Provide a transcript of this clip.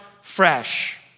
fresh